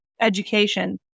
education